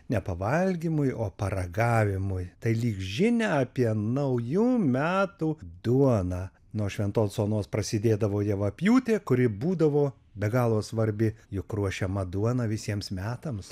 ne pavalgymui o paragavimui tai lyg žinią apie naujų metų duoną nuo šventos onos prasidėdavo javapjūtė kuri būdavo be galo svarbi juk ruošiamą duoną visiems metams